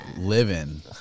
living